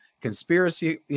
conspiracy